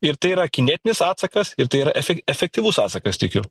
ir tai yra kinetinis atsakas ir tai yra efe efektyvus atsakas tikiu